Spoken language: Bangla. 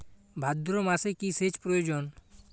ভাদ্রমাসে কি সেচ প্রয়োজন?